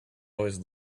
always